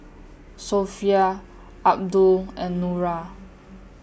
Sofea Abdul and Nura